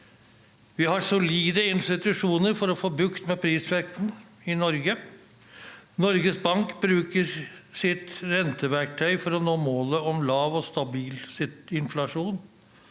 Vi har solide institusjoner for å få bukt med prisveksten i Norge. Norges Bank bruker sitt renteverktøy for å nå målet om lav og stabil inflasjon.